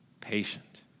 patient